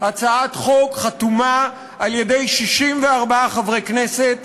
הצעת חוק חתומה על-ידי 64 חברי כנסת,